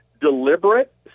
deliberate